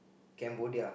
Cambodia